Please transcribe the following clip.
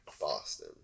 Boston